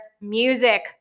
Music